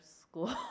school